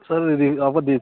sir रे आपका दे